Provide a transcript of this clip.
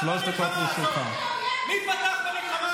לא צריך, מי פתח במלחמה הזאת?